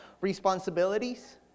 responsibilities